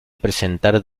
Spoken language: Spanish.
presentar